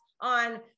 on